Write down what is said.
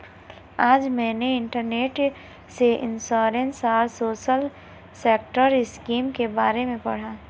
आज मैंने इंटरनेट से इंश्योरेंस और सोशल सेक्टर स्किम के बारे में पढ़ा